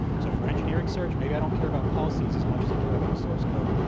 so for engineering search, maybe i don't care about policies as much as i care about source code.